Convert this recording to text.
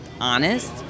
honest